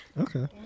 okay